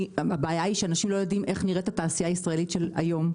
כי אנשים לא יודעים איך נראית התעשייה הישראלית של היום.